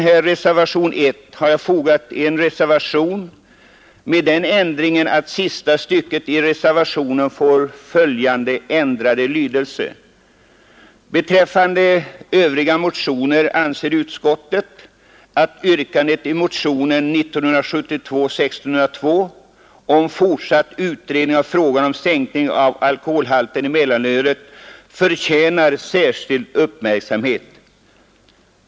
I reservationen 2 föreslår jag att sista stycket i reservationen 1 får följande ändrade lydelse: ”Beträffande övriga motioner anser utskottet att yrkandet i motionen 1972:1602 om fortsatt utredning av frågan om sänkning av alkoholhalten i mellanölet förtjänar särskild uppmärksamhet.